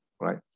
right